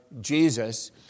Jesus